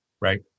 Right